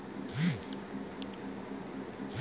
আলু রোপণ করার কতদিন পর জীবাণু সার প্রয়োগ করা হয়?